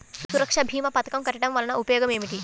సురక్ష భీమా పథకం కట్టడం వలన ఉపయోగం ఏమిటి?